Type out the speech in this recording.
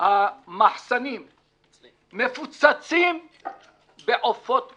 המחסנים מפוצצים בעופות מוקפאים.